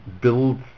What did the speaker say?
build